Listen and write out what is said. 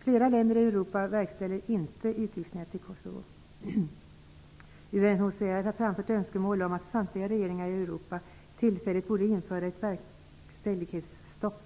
Flera länder i Europa verkställer inte utvisningar till Kosovo. UNHCR har framfört önskemål om att samtliga regeringar i Europa tillfälligt borde införa ett verkställighetsstopp.